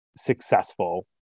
successful